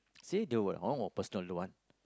see they will uh personal one